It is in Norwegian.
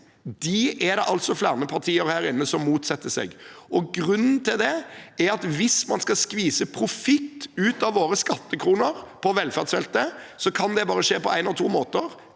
er det flere partier her inne som motsetter seg. Grunnen til det er at hvis man skal skvise profitt ut av våre skattekroner på velferdsfeltet, kan det bare skje på én av to måter: